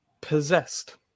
possessed